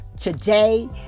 Today